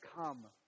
come